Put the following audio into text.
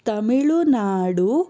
Tamil Nadu